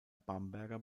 bamberger